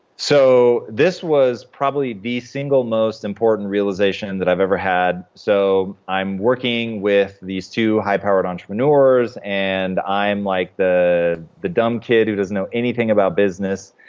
so this was probably the single most important realization that i've ever had so i'm working with these two high-powered entrepreneurs, and i'm like the the dumb kid who doesn't know anything about business.